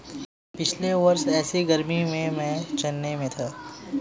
पिछले वर्ष ऐसी गर्मी में मैं चेन्नई में था